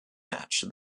match